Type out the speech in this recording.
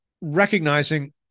recognizing